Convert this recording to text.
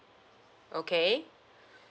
okay